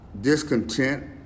discontent